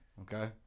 okay